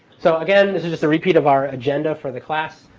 so again, this is just a repeat of our agenda for the class.